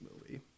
movie